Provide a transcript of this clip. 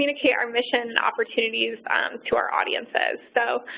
you know our mission and opportunities to our audiences. so,